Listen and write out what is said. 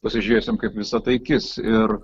pasižiūrėsim kaip visa tai kis ir